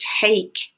take